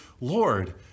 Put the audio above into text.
Lord